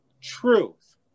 Truth